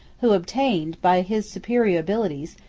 who obtained, by his superior abilities,